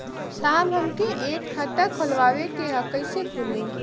साहब हमके एक खाता खोलवावे के ह कईसे खुली?